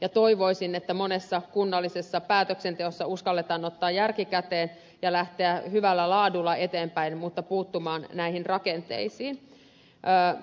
ja toivoisin että kunnallisessa päätöksenteossa uskalletaan ottaa järki käteen ja lähteä hyvällä laadulla eteenpäin mutta puuttumaan näihin rakenteisiin